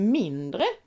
mindre